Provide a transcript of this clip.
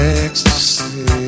ecstasy